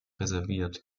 reserviert